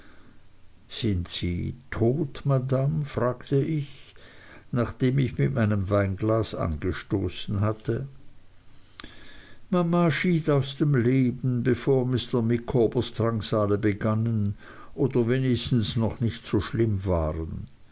sind sie tot madame fragte ich nachdem ich mit meinem weinglas angestoßen hatte mama schied aus diesem leben bevor mr micawbers drangsale begannen oder wenigstens noch nicht so schlimm waren